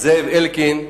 זאב אלקין,